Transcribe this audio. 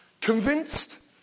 Convinced